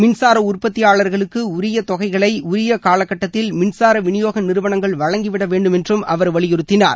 மின்சார உற்பத்தியாளர்களுக்கு உரிய தொகைகளை உரிய காலகட்டத்தில் மின்சார விநியோக நிறுவனங்கள் வழங்கிவிட வேண்டும் என்றும் அவர் வலியுறுத்தினார்